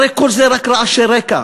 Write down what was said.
הרי כל זה רק רעשי רקע.